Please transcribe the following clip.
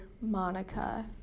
Monica